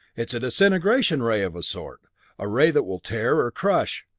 it's a disintegration ray of a sort a ray that will tear, or crush,